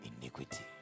iniquity